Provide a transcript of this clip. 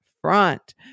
front